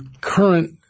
current